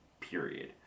period